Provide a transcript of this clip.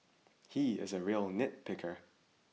he is a real nitpicker